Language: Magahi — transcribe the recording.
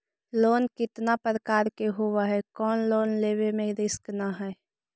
लोन कितना प्रकार के होबा है कोन लोन लेब में रिस्क न है?